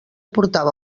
portava